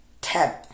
Tab